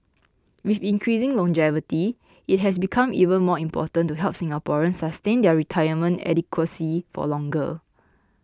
with increasing longevity it has become even more important to help Singaporeans sustain their retirement adequacy for longer